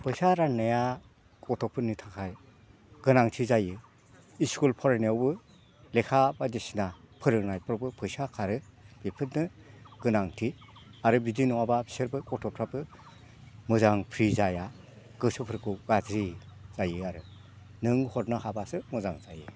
फैसा राननाया गथ'फोरनि थाखाय गोनांथि जायो स्कुल फरायनायावबो लेखा बायदिसिना फोरोंनायफोरखौबो फैसा खारो बेफोरनो गोनांथि आरो बिदि नङाबा बिसोरबो गथ'फ्राबो मोजां फ्रि जाया गोसोफोरखौ गाज्रि जायो आरो नों हरनो हाबासो मोजां जायो